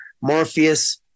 Morpheus